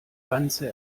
wanze